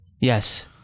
Yes